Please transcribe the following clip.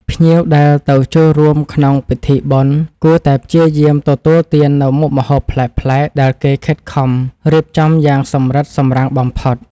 ភ្ញៀវដែលទៅចូលរួមក្នុងពិធីបុណ្យគួរតែព្យាយាមទទួលទាននូវមុខម្ហូបប្លែកៗដែលគេខិតខំរៀបចំយ៉ាងសម្រិតសម្រាំងបំផុត។